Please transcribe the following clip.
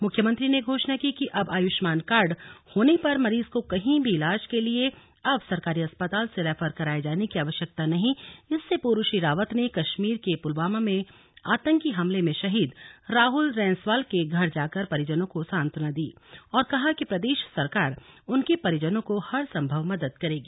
मुख्यमंत्री ने घोषणा की कि अब आयुष्मान कार्ड होने पर मरीज को कहीं भी ईलाज के लिए अब सरकारी अस्पताल से रेफर कराए जाने की आवश्यकता नहीं इससे पूर्व श्री रावत ने कश्मीर के पुलवामा में आतंकी हमले में शहीद राहूल रैंसवाल के घर जाकर परिजनों को सात्वना दी और कहा कि प्रदेश सरकार उनके परिजनों को हर सम्भव मदद करेगी